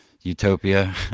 utopia